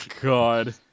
God